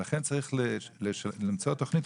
לכן צריך למצוא תכנית.